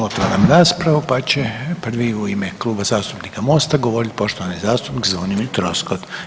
otvaram raspravu, pa će prvi u ime Kluba zastupnika Mosta govoriti poštovani zastupnik Zvonimir Troskot.